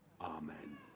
Amen